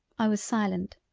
i was silent,